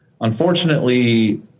Unfortunately